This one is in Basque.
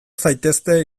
zaitezte